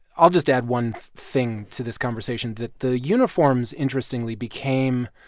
i'll just add one thing to this conversation that the uniforms, interestingly, became